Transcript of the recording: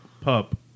pup